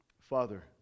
father